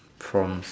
from